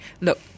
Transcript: look